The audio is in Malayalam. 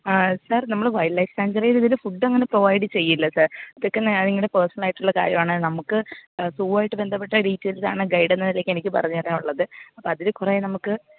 ആ സർ നമ്മൾ വൈൽഡ് ലൈഫ് സാഞ്ചറിയിൽ ഇത് വരെ ഫുഡ്ഡ് അങ്ങനെ പ്രൊവൈഡ് ചെയ്യില്ല സർ അതൊക്കെ നിങ്ങളുടെ പേഴ്സണലായിട്ടുള്ള കാര്യമാണ് നമുക്ക് സൂവായിട്ട് ബന്ധപ്പെട്ട ഡീറ്റെയ്ൽസ് ആണ് ഗേയ്ഡ് എന്ന നിലയ്ക്ക് എനിക്ക് പറഞ്ഞു തരാനുള്ളത് അപ്പോൾ അതിൽ കുറേ നമുക്ക്